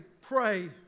Pray